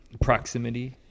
proximity